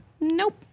Nope